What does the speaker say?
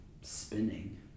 spinning